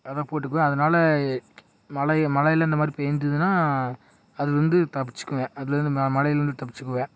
அதை போட்டுக்குவேன் அதனால மழை மழையில் இந்த மாதிரி பேஞ்சிதுனா அது வந்து தப்புச்சிக்குவேன் அதுலருந்து ம மழையிலேருந்து தப்புச்சிக்குவேன்